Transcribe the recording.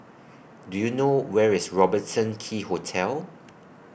Do YOU know Where IS Robertson Quay Hotel